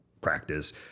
practice